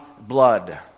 blood